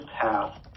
path